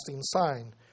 sign